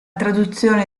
traduzione